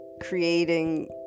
creating